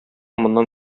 моннан